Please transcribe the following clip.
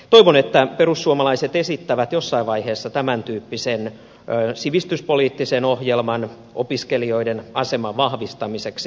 toivon että perussuomalaiset esittävät jossain vaiheessa tämäntyyppisen sivistyspoliittisen ohjelman opiskelijoiden aseman vahvistamiseksi